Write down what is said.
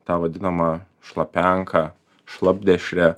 tą vadinamą šlapenką šlapdešrę